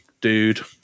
Dude